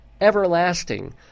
Everlasting